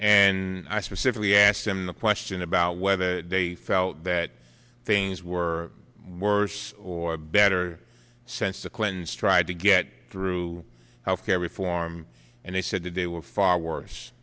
and i specifically asked him the question about whether they felt that things were worse or better sense the clintons tried to get through health care reform and they said that they were far worse